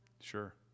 Sure